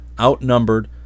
Outnumbered